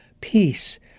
peace